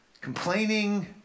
complaining